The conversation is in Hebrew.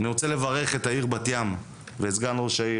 אני רוצה לברך את העיר בת ים ואת סגן ראש העיר